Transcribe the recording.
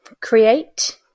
create